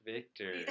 Victor